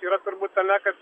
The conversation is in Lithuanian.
yra turbūt tame kad